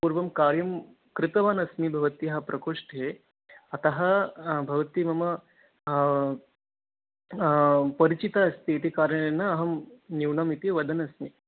पूर्वं कार्यं कृतवान् अस्मि भवत्याः प्रकोष्ठे अतः भवती मम परिचिता अस्ति कारणेन अहं न्यूनम् इति वदन् अस्मि